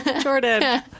Jordan